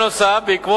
נוסף על כך,